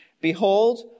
Behold